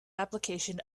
application